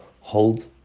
hold